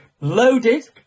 loaded